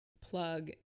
plug